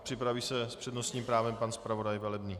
Připraví se s přednostním právem pan zpravodaj Velebný.